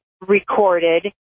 recorded